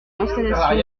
l’installation